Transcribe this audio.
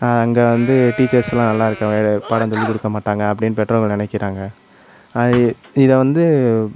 அங்கே வந்து டீச்சர்ஸ்லாம் நல்லாயிருக்க பாடம் சொல்லி கொடுக்க மாட்டாங்கள் அப்படின்னு பெற்றோர்கள் நினைக்கிறாங்க அது இதை வந்து